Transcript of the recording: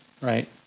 right